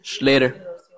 Later